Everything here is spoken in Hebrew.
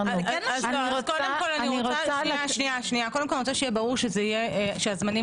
קודם כל אני רוצה שיהיה ברור שהזמנים